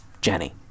Jenny